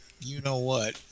you-know-what